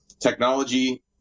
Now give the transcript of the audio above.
technology